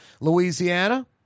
Louisiana